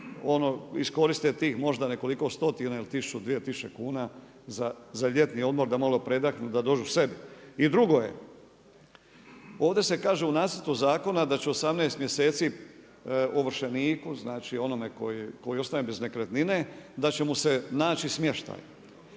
ono iskoriste tih možda nekoliko stotina ili tisuću, dvije tisuće kuna za ljetni odmor, da malo predahnu, da dođu k sebi. I drugo je, ovdje se kaže u nacrtu zakona da će 18 mjeseci ovršeniku, znači onome tko ostaje bez nekretnine da će mu se naći smještaj.